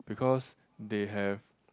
because they have